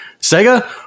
Sega